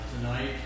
tonight